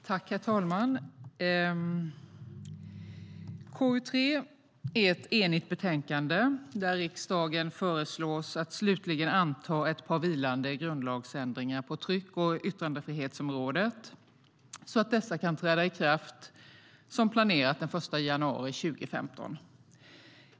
Herr talman!